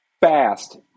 Fast